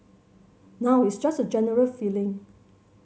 now it's just a general feeling